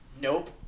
nope